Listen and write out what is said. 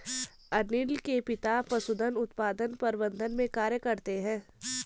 अनील के पिता पशुधन उत्पादन प्रबंधन में कार्य करते है